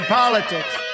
politics